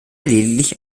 lediglich